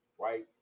right